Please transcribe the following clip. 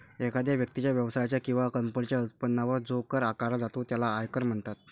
एखाद्या व्यक्तीच्या, व्यवसायाच्या किंवा कंपनीच्या उत्पन्नावर जो कर आकारला जातो त्याला आयकर म्हणतात